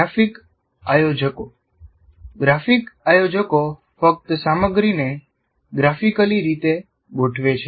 graphic આયોજકો graphic આયોજકો ફક્ત સામગ્રીને ગ્રાફિકલી રીતે ગોઠવે છે